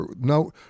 No